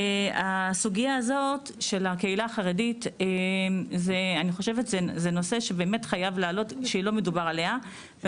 אני חושבת שחייבים להעלות את הסוגיה הזאת של